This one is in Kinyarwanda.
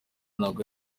ntabwo